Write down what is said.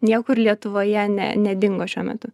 niekur lietuvoje ne nedingo šiuo metu